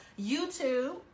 YouTube